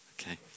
Okay